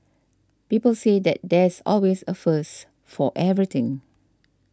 people say that there's always a first for everything